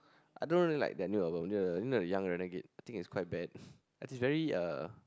I don't really like their new album the you know the young renegade I think it's quite bad it's very uh